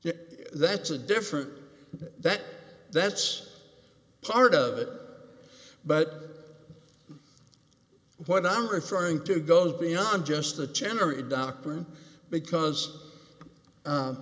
and that's a different that that's part of it but what i'm referring to goes beyond just the tenor of doctrine because